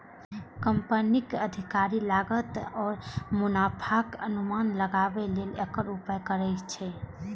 कंपनीक अधिकारी लागत आ मुनाफाक अनुमान लगाबै लेल एकर उपयोग करै छै